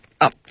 up